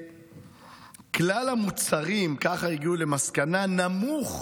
המחיר בכלל המוצרים, ככה הגיעו למסקנה, נמוך